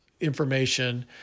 information